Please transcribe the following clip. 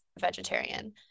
vegetarian